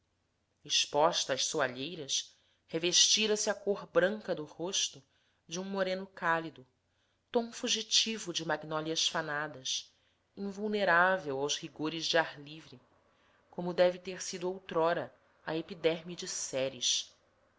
manhã exposta às soalheiras revestia se a cor branca do rosto de um moreno cálido tom fugitivo de magnólias fanadas invulnerável aos rigores de ar livre como deve ter sido outrora a epiderme de ceres